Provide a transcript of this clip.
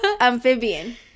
amphibian